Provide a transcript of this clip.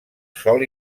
sòl